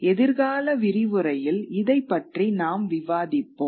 எதிர்கால விரிவுரையில் இதைப் பற்றி நாம் விவாதிப்போம்